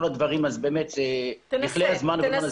הדברים אז באמת יכלה הזמן ולא נסביר.